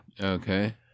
Okay